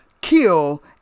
kill